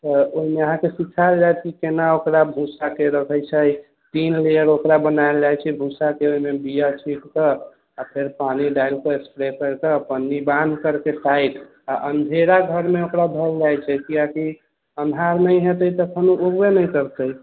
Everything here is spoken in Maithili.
तऽ ओहिमे अहाँके सिखाएल जाएत की केना ओकरा भूसाके रखैत छै तीन लेयर ओकरा बनाएल जाइत छै भूसाके ओहिमे ओकरा बिआ छिट कऽ आ फेर पानी डालि कऽ स्प्रे करिकऽ पन्नी बान्हि करके टाइट आ अँधेरा घरमे ओकरा धएल जाइत छै किआकि अन्हार नहि हेतै तखन ओ उगबे नहि करतै